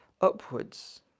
upwards